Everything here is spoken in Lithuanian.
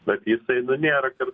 bet jisai nu nėra kad